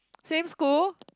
same school